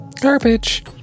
garbage